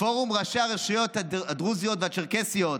פורום ראשי הרשויות הדרוזיות והצ'רקסיות,